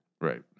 Right